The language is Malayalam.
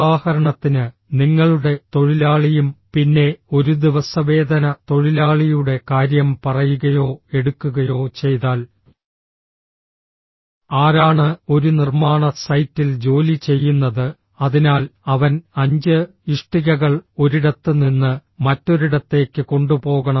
ഉദാഹരണത്തിന് നിങ്ങളുടെ തൊഴിലാളിയും പിന്നെ ഒരു ദിവസവേതന തൊഴിലാളിയുടെ കാര്യം പറയുകയോ എടുക്കുകയോ ചെയ്താൽ ആരാണ് ഒരു നിർമ്മാണ സൈറ്റിൽ ജോലി ചെയ്യുന്നത് അതിനാൽ അവൻ 5 ഇഷ്ടികകൾ ഒരിടത്ത് നിന്ന് മറ്റൊരിടത്തേക്ക് കൊണ്ടുപോകണം